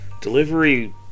delivery